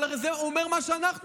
אבל הוא אומר מה שאנחנו אומרים.